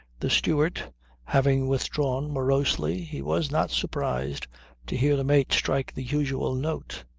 the steward having withdrawn morosely, he was not surprised to hear the mate strike the usual note.